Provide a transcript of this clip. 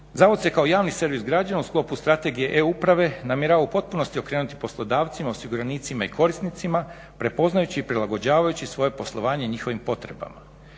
Zavod se kao javni servis građana u sklopu strategije e-uprave namjerava u potpunosti okrenuti poslodavcima, osiguranicima i korisnicima prepoznajući i prilagođavajući svoje poslovanje njihovim potrebama.